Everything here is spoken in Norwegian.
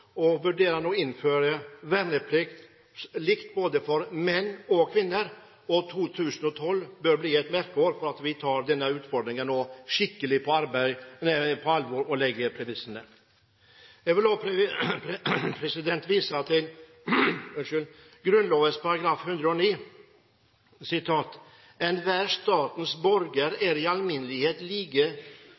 kvinner, og 2012 bør bli et merkeår for at vi tar denne utfordringen skikkelig på alvor og legger premissene. Jeg vil også vise til Grunnloven § 109: «Enhver Statens Borger er i Almindelighed lige